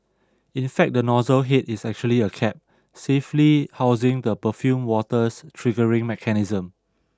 in fact the nozzle hid is actually a cap safely housing the perfumed water's triggering mechanism